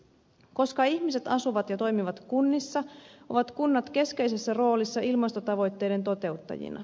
koska ihmiset asuvat ja toimivat kunnissa ovat kunnat keskeisessä roolissa ilmastotavoitteiden toteuttajina